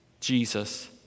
Jesus